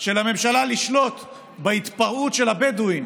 של הממשלה לשלוט בהתפרעות של הבדואים